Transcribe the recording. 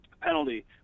penalty